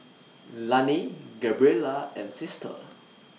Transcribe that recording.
Loney Gabriella and Sister